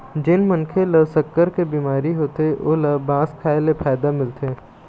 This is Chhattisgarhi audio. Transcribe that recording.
जेन मनखे ल सक्कर के बिमारी होथे ओला बांस खाए ले फायदा मिलथे